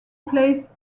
placed